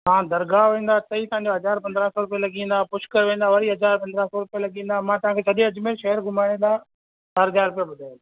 तव्हां दरगाह वेंदा तईं तव्हांजा हज़ार पंद्रहां सौ रुपया लॻी वेंदा पुष्कर वेंदा वरी हज़ार पंद्रहां सौ रुपया लॻी वेंदा मां तव्हांखे सॼे अजमेर शहर घुमाइण जा चारि हज़ार रुपया ॿुधाया